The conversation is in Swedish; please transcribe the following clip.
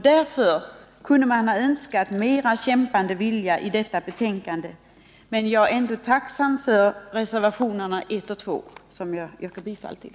Därför kunde man ha önskat mer av kämpande vilja i detta betänkande, men jag är ändå tacksam för reservationerna 1 och 2, som jag yrkar bifall till.